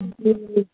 ꯑꯗꯨ